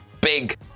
big